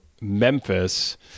Memphis